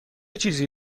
چیزی